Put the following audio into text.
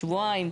שבועיים?